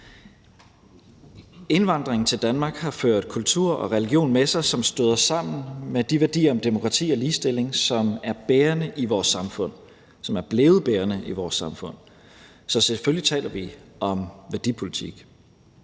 Indvandringen til Danmark har ført kultur og religion med sig, som støder sammen med de værdier om demokrati og ligestilling, som er bærende i vores samfund; som er blevet bærende i vores samfund. Så selvfølgelig taler vi om værdipolitik.